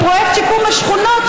מפרויקט שיקום השכונות,